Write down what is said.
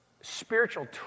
spiritual